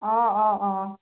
অ' অ' অ'